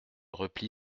repli